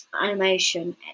animation